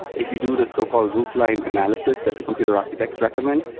if you do this so-called roofline analysis that the computer architects recommend,